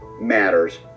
matters